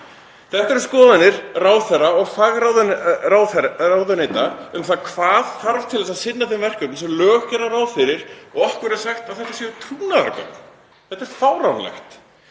Þetta eru skoðanir ráðherra og fagráðuneyta á því hvað þarf til að sinna þeim verkefnum sem lög gera ráð fyrir og okkur er sagt að þetta séu trúnaðargögn. Þetta er fáránlegt,